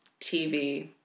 TV